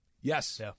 Yes